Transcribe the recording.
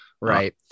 right